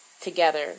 together